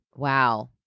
Wow